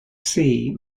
sea